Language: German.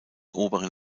oberen